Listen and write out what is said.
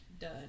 done